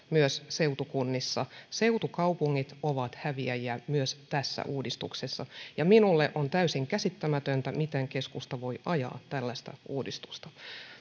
myös seutukunnissa seutukaupungit ovat häviäjiä myös tässä uudistuksessa ja minulle on täysin käsittämätöntä miten keskusta voi ajaa tällaista uudistusta